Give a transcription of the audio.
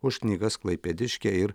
už knygas klaipėdiškė ir